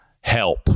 Help